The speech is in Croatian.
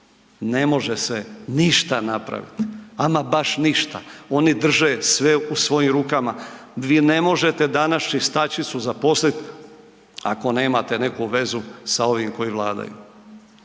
ne može se ništa napraviti, ama baš ništa. Oni drže sve u svojim rukama, vi ne možete danas čistačicu zaposliti ako nemate neku vezu sa ovim koji vladaju.